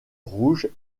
rouges